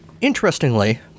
interestingly